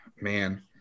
man